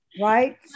Right